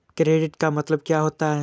Credit का मतलब क्या होता है?